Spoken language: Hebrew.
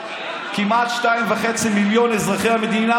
כמעט 2.5 מיליון אזרחי המדינה,